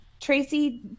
Tracy